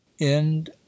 End